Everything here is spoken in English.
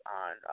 on